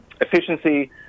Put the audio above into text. efficiency